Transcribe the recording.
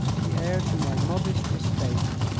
the heir to my modest estate.